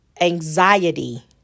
anxiety